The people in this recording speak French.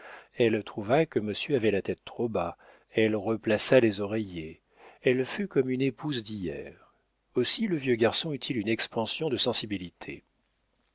elle trouva que monsieur avait la tête trop bas elle replaça les oreillers elle fut comme une épouse d'hier aussi le vieux garçon eut-il une expansion de sensibilité